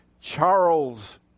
Charles